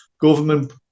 government